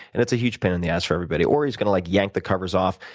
and it's a huge pain in the ass for everybody. or he's going to like yank the covers off,